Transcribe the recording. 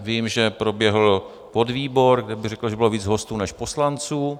Vím, že proběhl podvýbor, kde bych řekl, že bylo víc hostů než poslanců.